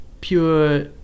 pure